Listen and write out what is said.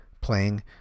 playing